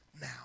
now